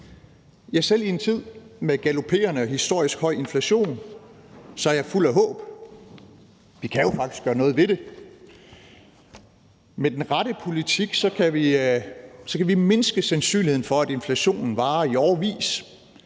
selv i en tid med galoperende og historisk høj inflation er jeg fuld af håb. Vi kan jo faktisk gøre noget ved det. Med den rette politik kan vi mindske sandsynligheden for, at inflationen varer i årevis.